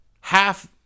half